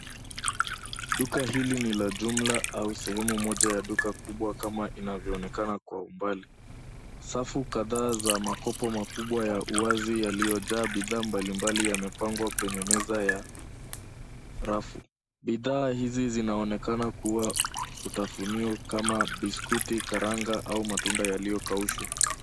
Duka hili ni la jumla au sehemu moja ya duka kubwa kama inavyoonekana kwa umbali. Safu kadhaa za makopo makubwa ya uwazi yaliyojaa bidhaa mbalimbali yamepangwa kwenye meza ya rafu. Bidhaa hizi zinaonekana kuwa vitafunio kama biskuti karanga au matunda yaliyokaushwa.